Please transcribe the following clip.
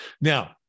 Now